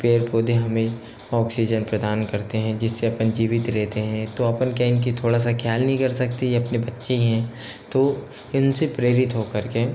पेड़ पौधे हमें ऑक्सीजन प्रदान करते हैं जिस से अपन जीवित रहते हैं तो अपन क्या इन की थोड़ा सा ख़याल नहीं कर सकते ये अपने बच्चे ही हैं तो इन से प्रेरित हो कर के